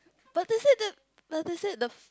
but they said that but they said the f~